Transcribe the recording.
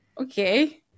okay